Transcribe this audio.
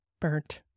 Burnt